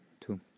two